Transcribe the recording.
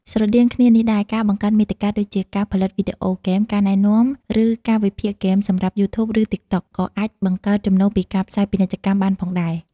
ស្រដៀងគ្នានេះដែរ ការបង្កើតមាតិកាដូចជា ការផលិតវីដេអូហ្គេម ការណែនាំ ឬការវិភាគហ្គេមសម្រាប់ យូធូប ឬតិកតុក ក៏អាចបង្កើតចំណូលពីការផ្សាយពាណិជ្ជកម្មបានផងដែរ។